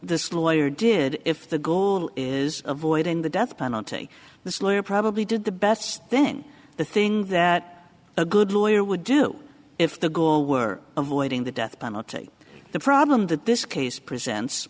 this lawyer did if the goal is avoiding the death penalty this lawyer probably did the best then the thing that a good lawyer would do if the gore were avoiding the death penalty the problem that this case presents